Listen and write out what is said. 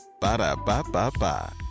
Ba-da-ba-ba-ba